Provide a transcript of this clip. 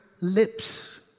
lips